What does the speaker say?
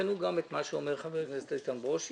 תבחנו גם את מה שאומר חבר הכנסת ברושי.